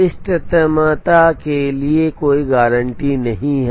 इष्टतमता के लिए कोई गारंटी नहीं है